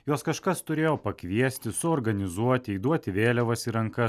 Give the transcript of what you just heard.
juos kažkas turėjo pakviesti suorganizuoti įduoti vėliavas į rankas